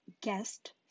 guest